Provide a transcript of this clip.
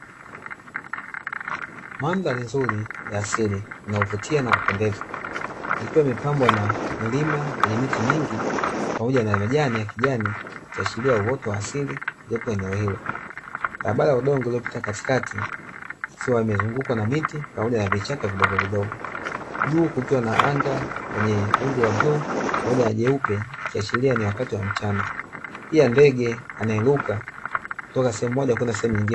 Mandhari nzuri ya asili inayovutia na kupendeza ikiwa imepambwa na milima yenye miti mingi pamoja na majani yakijani akiashiria uoto wa asili uliopo eneo hilo barabara ya udongo iliyopita katikati ikiwa imezungukwa na miti pamoja na vichaka vidogovidogo juu kukiwa na anga lenye wingu la bluu pamoja na jeupe ikiashiria ni wakati wa mchana, pia ndege anaye ruka kutoka sehemu moja kwenda nyingine.